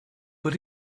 but